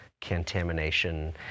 contamination